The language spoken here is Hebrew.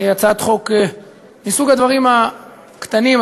זה מסוג הדברים הקטנים,